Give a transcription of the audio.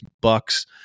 bucks